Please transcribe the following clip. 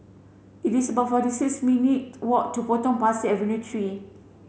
it is about forty six minutes' walk to Potong Pasir Avenue three